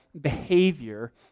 behavior